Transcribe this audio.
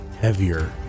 heavier